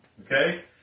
Okay